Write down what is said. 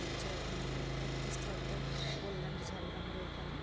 হচ্ছে উৎপত্তিস্থল তো বললাম যে ঝাড়গ্রামের ওইখানে